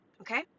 okay